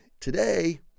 today